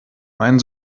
mein